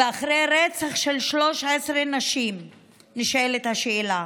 ואחרי רצח של 13 נשים נשאלת השאלה: